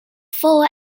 full